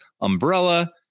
umbrella